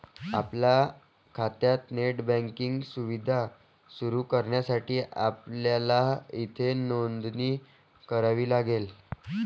आपल्या खात्यात net banking सुविधा सुरू करण्यासाठी आपल्याला येथे नोंदणी करावी लागेल